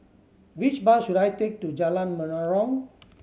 which bus should I take to Jalan Menarong